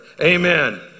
Amen